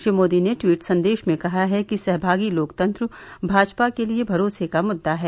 श्री मोदी ने ट्वीट संदेश में कहा है कि सहभागी लोकतंत्र भाजपा के लिए भरोसे का मुद्दा है